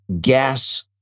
gas